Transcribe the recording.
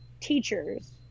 teachers